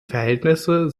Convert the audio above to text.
verhältnisse